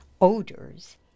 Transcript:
odors